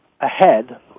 ahead